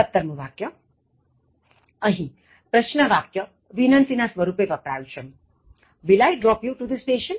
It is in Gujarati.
17અહીં પ્રશ્ન વાક્ય વિનંતિ ના સ્વરૂપે વપરાયું છે Will I drop you to the station